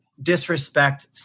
disrespect